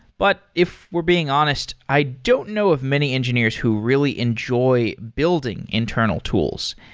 but if we're being honest, i don't know of many engineers who really enjoy building internal tools.